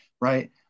right